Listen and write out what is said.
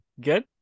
good